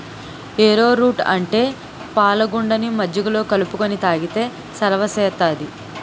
ఏరో route అంటే పాలగుండని మజ్జిగలో కలుపుకొని తాగితే సలవ సేత్తాది